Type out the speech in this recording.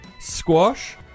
squash